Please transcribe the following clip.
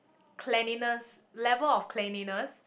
cleanliness level of cleanliness